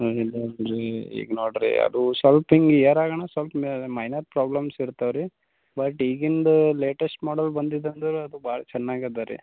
ಹ್ಞೂ ಈಗ ನೋಡಿರಿ ಅದು ಸ್ವಲ್ಪ ಹಿಂಗೆ ಏರಾಗಣ ಸ್ವಲ್ಪ ಮೈನರ್ ಪ್ರಾಬ್ಲಮ್ಸ್ ಇರ್ತಾವೆ ರೀ ಬಟ್ ಈಗಿಂದು ಲೇಟೆಸ್ಟ್ ಮಾಡೆಲ್ ಬಂದಿದೆ ಅಂದರೂ ಅದು ಭಾಳ ಚೆನ್ನಾಗಿ ಅದಾ ರೀ